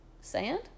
Sand